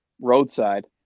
roadside